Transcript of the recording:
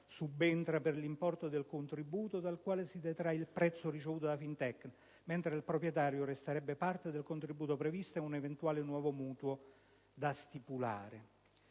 subentra per l'importo del contributo dal quale si detrae il prezzo ricevuto da Fintecna, mentre al proprietario resterebbe parte del contributo previsto ed un eventuale nuovo mutuo da stipulare.